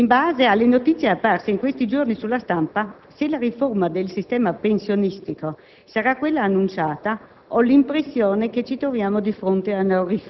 alle donne, agli anziani e all'importanza in questo senso attribuita al riordino del sistema previdenziale e delle politiche del lavoro. A tale riguardo,